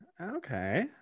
okay